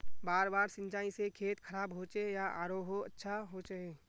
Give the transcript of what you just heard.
बार बार सिंचाई से खेत खराब होचे या आरोहो अच्छा होचए?